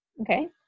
okay